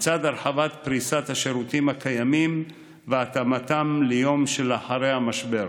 לצד הרחבת פריסת השירותים הקיימים והתאמתם ליום שאחרי המשבר.